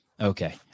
Okay